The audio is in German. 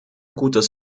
gutes